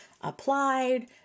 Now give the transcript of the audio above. applied